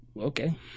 okay